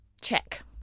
check